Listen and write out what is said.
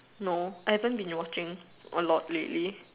no I haven't been watching a lot lately